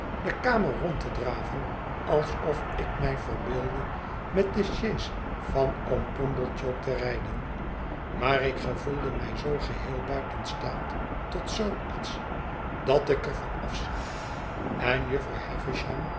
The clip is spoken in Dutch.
de kamer rond te draven alsof ik mij verbeeldde met de sjees van oom'pumblechook te rijden maar ik gevoelde mij zoo geheel buiten staat tot zoo iets dat ik er van afzag en jufvrouw